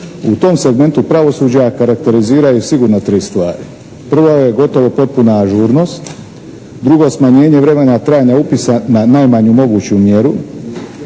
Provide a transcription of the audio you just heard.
u tom segmentu pravosuđa karakteriziraju sigurno tri stvari. Prva je gotovo potpuna ažurnost. Drugo, smanjenje vremena trajanja upisa na najmanju moguću mjeru